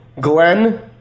Glenn